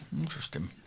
interesting